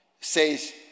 says